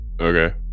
Okay